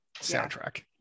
soundtrack